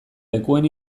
lekuen